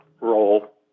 role